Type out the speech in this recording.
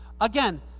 Again